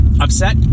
upset